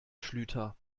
schlüter